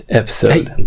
episode